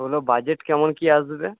ওগুলো বাজেট কেমন কী আসবে